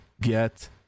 get